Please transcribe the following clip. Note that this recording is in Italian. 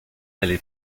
nelle